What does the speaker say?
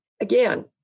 Again